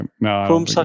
no